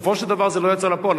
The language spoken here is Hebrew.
בסופו של דבר זה לא יצא לפועל.